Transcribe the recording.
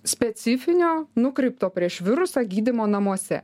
specifinio nukreipto prieš virusą gydymo namuose